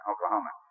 Oklahoma